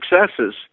successes